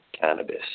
cannabis